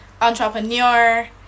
entrepreneur